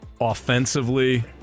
offensively –